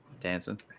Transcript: dancing